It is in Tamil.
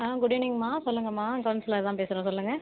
ஆ குட் ஈவினிங்மா சொல்லுங்கம்மா கவுன்சிலர் தான் பேசுகிறேன் சொல்லுங்கள்